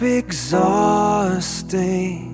exhausting